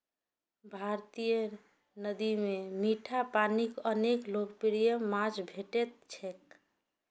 भारतीय नदी मे मीठा पानिक अनेक लोकप्रिय माछ भेटैत छैक